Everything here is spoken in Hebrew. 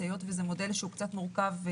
כי זה מודל שהוא קצת מורכב.